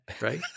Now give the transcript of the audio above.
Right